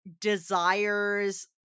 desires